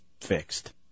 fixed